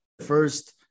first